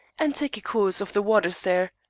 and take a course of the waters there.